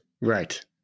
Right